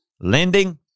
lending